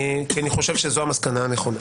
כי אני חושב שזאת המסקנה הנכונה.